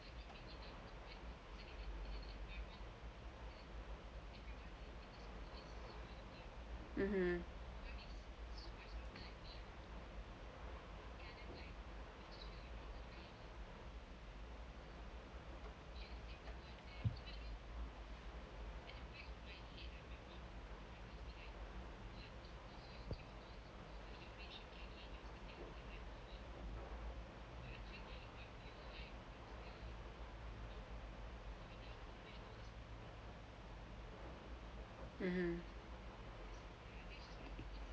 mmhmm mmhmm